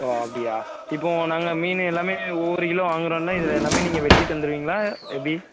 ஓ அப்படியா இப்போது நாங்கள் மீன் எல்லாம் ஒரு கிலோ வாங்குறோம்னா இதில் எல்லாம் நீங்கள் வெட்டி தந்துடுவீங்களா எப்படி